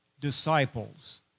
disciples